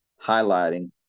highlighting